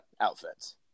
outfits